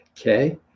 Okay